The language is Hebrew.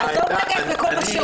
עזוב לרגע את מקום השירות.